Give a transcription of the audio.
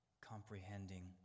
comprehending